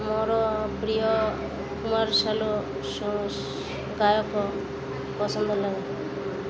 ମୋର ପ୍ରିୟ କୁମାର ସାନୁ ଗାୟକ ପସନ୍ଦ ଲାଗେ